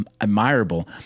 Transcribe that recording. admirable